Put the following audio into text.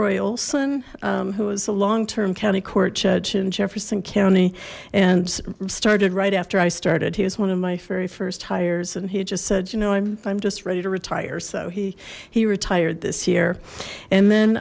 olson who was a long term county court judge in jefferson county and started right after i started he is one of my very first hires and he just said you know i'm just ready to retire so he he retired this year and then